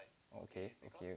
okay okay